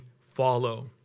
follow